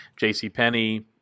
JCPenney